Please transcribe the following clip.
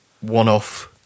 one-off